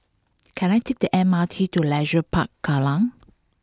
can I take the M R T to Leisure Park Kallang